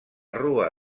rua